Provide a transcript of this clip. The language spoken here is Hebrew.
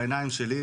בעיניים שלי,